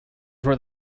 where